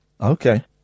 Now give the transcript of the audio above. Okay